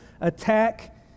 attack